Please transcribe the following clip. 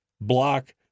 block